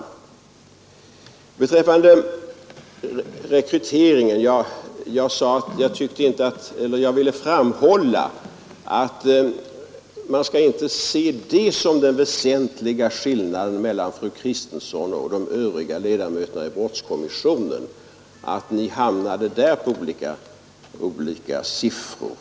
Beträffande rekryteringen ville jag framhålla att man inte skall se det som den väsentliga skillnaden mellan fru Kristensson och övriga ledamöter i brottskommissionen att ni hamnade på olika siffror i det avseendet.